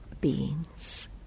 beings